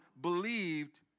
believed